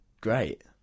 great